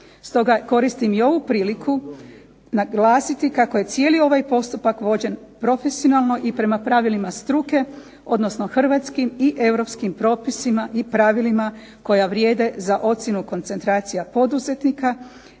koristim i ovu priliku naglasiti kako je cijeli ovaj postupak vođen profesionalno i prema pravilima struke, odnosno hrvatskim i europskim propisima i pravilima koja vrijede za ocjenu koncentracija poduzetnika